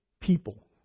people